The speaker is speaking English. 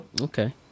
Okay